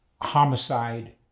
homicide